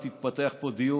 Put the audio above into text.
עוד מעט יתפתח פה דיון,